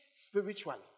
spiritually